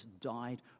died